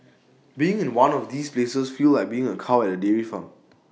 being in one of these places feels like being A cow at A dairy farm